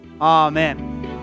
Amen